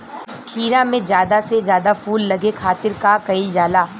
खीरा मे ज्यादा से ज्यादा फूल लगे खातीर का कईल जाला?